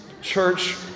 church